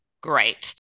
great